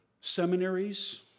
seminaries